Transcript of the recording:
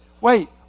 Wait